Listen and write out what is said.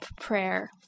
Prayer